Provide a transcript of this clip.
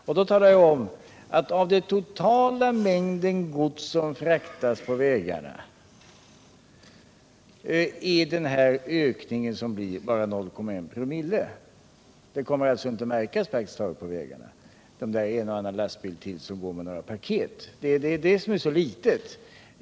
Jag redovisade därför att den totala mängden gods som skulle komma att överföras till vägarna bara skulle bli 0,1 2/00 av den totala transporterade godsmängden. Överföringen kommer alltså praktiskt taget inte att märkas. Det blir bara en och annan lastbil ytterligare, som kommer att köra med paket på vägarna.